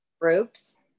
groups